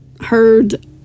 heard